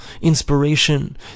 inspiration